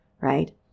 right